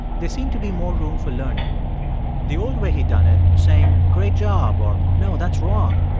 there seemed to be more room for learning the old way he'd done it, saying great job, or, no, that's wrong,